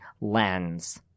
lens –